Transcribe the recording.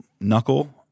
knuckle